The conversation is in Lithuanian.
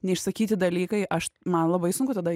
neišsakyti dalykai aš man labai sunku tada